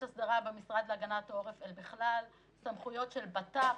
יש הסדרה במשרד להגנת העורף; סמכויות של בט"פ,